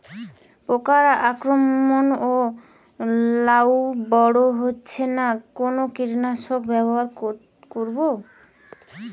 পোকার আক্রমণ এ লাউ বড় হচ্ছে না কোন কীটনাশক ব্যবহার করব?